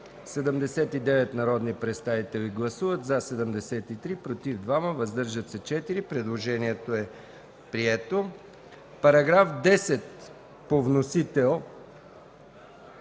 79 народни представители: за 73, против 2, въздържали се 4. Предложението е прието. Параграф 10 по вносител,